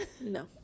No